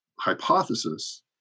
hypothesis